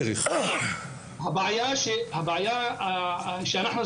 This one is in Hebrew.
ובסוף אחרי כל מה שאמרתי אני רוצה